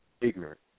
ignorant